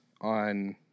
on